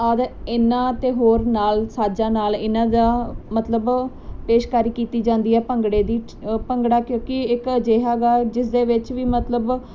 ਆਦਿ ਇਨਾ ਤੇ ਹੋਰ ਨਾਲ ਸਾਜਾ ਨਾਲ ਇਹਨਾਂ ਦਾ ਮਤਲਬ ਪੇਸ਼ਕਾਰੀ ਕੀਤੀ ਜਾਂਦੀ ਐ ਭੰਗੜੇ ਦੀ ਭੰਗੜਾ ਕਿਉਂਕਿ ਇੱਕ ਅਜਿਹਾ ਗਾ ਜਿਸ ਦੇ ਵਿੱਚ ਵੀ ਮਤਲਬ